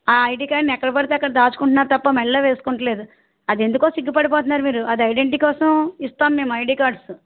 ఆ ఐడీకార్డుని ఎక్కడ పడితే అక్కడ దాచుకుంటున్నారు తప్ప మెడలో వేసుకోవడంలేదు అది ఎందుకో సిగ్గు పడిపోతున్నారు మీరు అది ఐడెంటిటీ కోసం ఇస్తాము మేము ఐడీ కార్డ్స్